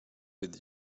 with